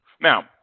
Now